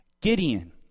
Gideon